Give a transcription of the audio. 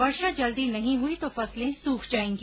वर्षा जल्दी नहीं हुई तो फसले सूख जायेंगी